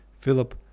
Philip